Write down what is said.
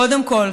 קודם כול,